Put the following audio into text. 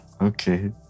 Okay